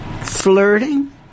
Flirting